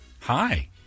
Hi